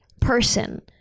person